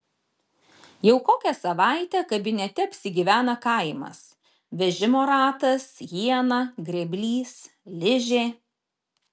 jau kokią savaitę kabinete apsigyvena kaimas vežimo ratas iena grėblys ližė